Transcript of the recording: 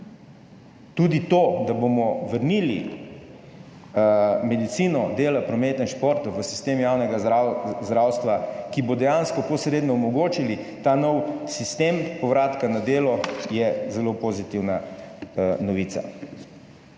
Tudi to, da bomo vrnili medicino dela prometa in športa v sistem javnega zdravstva, ki bo dejansko posredno omogočili ta nov sistem povratka na delo je zelo pozitivna **25.